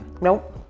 Nope